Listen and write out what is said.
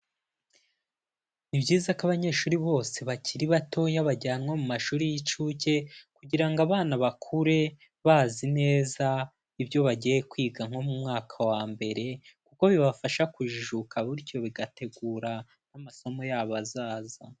Ni byiza ko abanyeshuri bose bakiri batoya bajyanwa mu mashuri y'incuke kugira ngo abana bakure bazi neza ibyo bagiye kwiga nko mu mwaka wa mbere, kuko bibafasha kujijuka bityo bigategura n'amasomo yabo azaza.